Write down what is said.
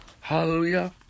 Hallelujah